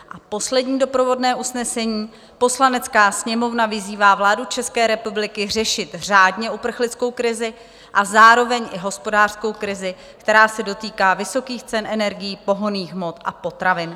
A poslední doprovodné usnesení: Poslanecká sněmovna vyzývá vládu České republiky řešit řádně uprchlickou krizi a zároveň i hospodářskou krizi, která se dotýká vysokých cen energií, pohonných hmot a potravin.